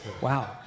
Wow